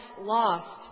lost